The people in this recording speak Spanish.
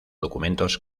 documentos